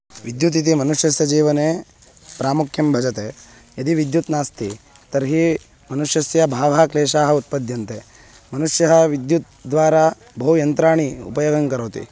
विद्युत् इति मनुष्यस्य जीवने प्रामुख्यं भजते यदि विद्युत् नास्ति तर्हि मनुष्यस्य बहवः क्लेशाः उत्पद्यन्ते मनुष्यः विद्युत्द्वारा बहु यन्त्राणाम् उपयोगं करोति